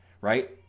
right